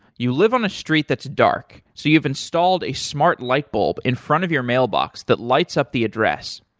you live on a street that's dark, so you have installed a smart light bulb in front of your mailbox that lights up the address.